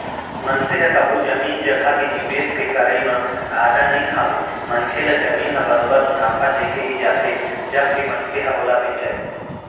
मनसे ह कभू जमीन जघा के निवेस के करई म घाटा नइ खावय मनखे ल जमीन ह बरोबर मुनाफा देके ही जाथे जब भी मनखे ह ओला बेंचय